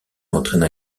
entraîne